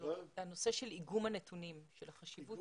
איגום הנתונים.